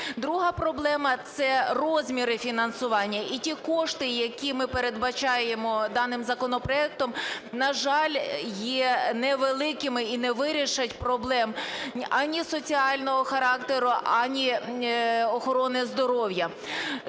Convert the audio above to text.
Друга проблема – це розміри фінансування. І ті кошти, які ми передбачаємо даним законопроектом, на жаль, є невеликими і не вирішать проблем ані соціального характеру, ані охорони здоров'я.